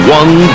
one